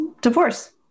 divorce